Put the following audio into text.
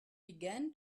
began